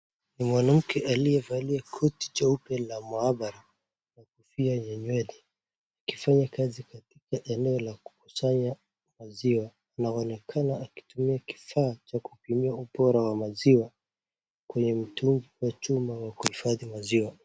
Mwanamke aliyevalia koti jeupe la maabara na kofia ya nywele, akifanya kazi katika eneo la kukusanya maziwa. Anaonekana akitumia kifaa cha kupimia ubora wa maziwa kwenye mtungi wa chuma wa kuhifadhi maziwa.